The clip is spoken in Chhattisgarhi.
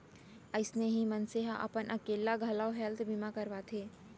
अइसने ही मनसे ह अपन अकेल्ला घलौ हेल्थ बीमा करवाथे